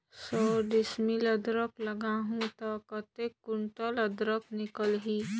सौ डिसमिल अदरक लगाहूं ता कतेक कुंटल अदरक निकल ही?